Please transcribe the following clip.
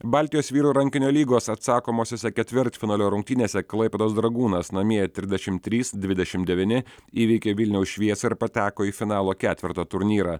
baltijos vyrų rankinio lygos atsakomosiose ketvirtfinalio rungtynėse klaipėdos dragūnas namie trisdešimt trys dvidešimt devyni įveikė vilniaus šviesą ir pateko į finalo ketverto turnyrą